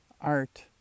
art